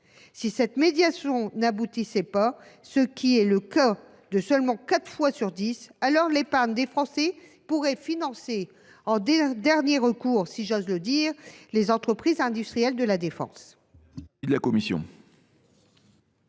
Si cette médiation n’aboutissait pas, ce qui est le cas seulement quatre fois sur dix, alors l’épargne des Français pourrait financer, en dernier recours, si je puis dire, les entreprises industrielles de défense.